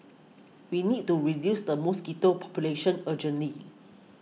we need to reduce the mosquito population urgently